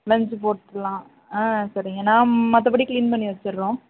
lunch போட்டுரலாம் ஆ சரிங்க நாம் மற்றபடி க்ளீன் பண்ணி வச்சிர்றோம்